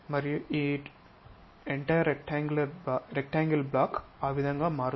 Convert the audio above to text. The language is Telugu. మరియు ఈ మొత్తం రెక్టాంగిల్ బ్లాక్ ఆ విధంగా మారుతుంది